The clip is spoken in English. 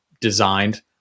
designed